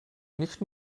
nicht